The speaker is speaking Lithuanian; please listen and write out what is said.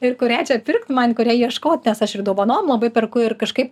ir kurią čia pirkt man kurią ieškot nes aš ir dovanom labai perku ir kažkaip